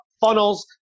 funnels